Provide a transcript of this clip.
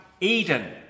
Eden